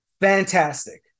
Fantastic